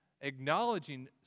acknowledging